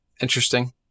Interesting